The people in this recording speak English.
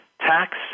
tax